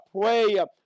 pray